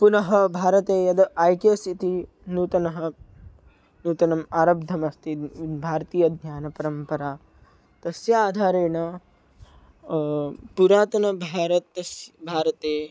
पुनः भारते यद् ऐ के एस् इति नूतनः नूतनम् आरब्धमस्ति भारतीयज्ञानपरम्परा तस्य आधारेण पुरातनभारतस्य भारते